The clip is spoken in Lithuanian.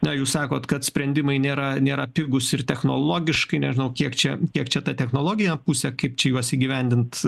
na jūs sakot kad sprendimai nėra nėra pigūs ir technologiškai nežinau kiek čia kiek čia ta technologija pusę kaip čia juos įgyvendint